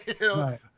Right